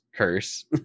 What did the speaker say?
curse